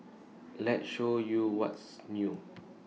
let's show you what's new